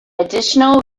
additional